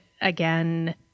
again